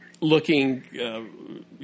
looking